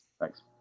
Thanks